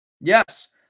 Yes